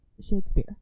shakespeare